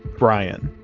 brian.